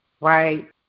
right